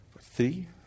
Three